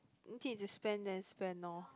need to spend then spend lor